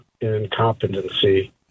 incompetency